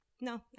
No